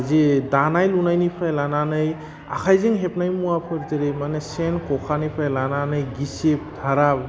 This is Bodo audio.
जि दानाय लुनायनिफ्राय लानानै आखाइजों हेबनाय मुवाफोर जेरै माने सेन खखानिफ्राय लानानै गिसिब दाह्रा